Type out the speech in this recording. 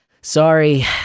sorry